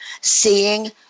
Seeing